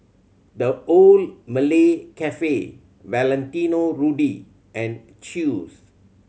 The Old Malay Cafe Valentino Rudy and Chew's